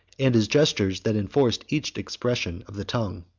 and his gestures that enforced each expression of the tongue.